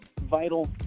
vital